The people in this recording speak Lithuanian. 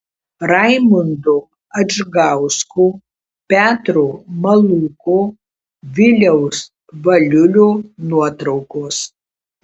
raimundo adžgausko petro malūko viliaus valiulio nuotraukos